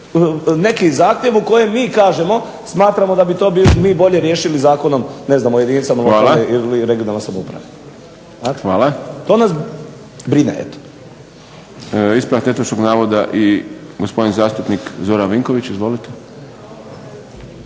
neki zahtjev u kojem mi kažemo smatramo da bi to mi bolje riješili zakonom ne znam o jedinicama lokalne ili regionalne samouprave. **Šprem, Boris (SDP)** Hvala. Ispravak netočnog navoda gospodin zastupnik Zoran Vinković. Izvolite.